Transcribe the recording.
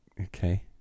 okay